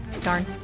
Darn